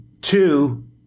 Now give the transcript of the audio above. two